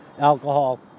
alcohol